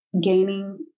gaining